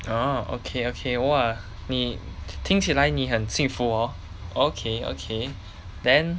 ah okay okay !wah! 你听起来你很幸福哦 okay okay then